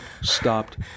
stopped